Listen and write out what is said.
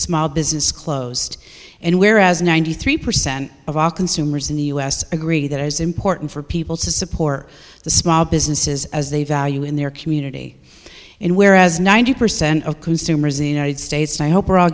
small business closed and where as ninety three percent of all consumers in the us agree that it is important for people to support the small businesses as they value in their community and where as ninety percent of consumers enid states i hope are all